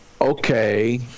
okay